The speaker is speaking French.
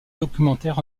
documentaire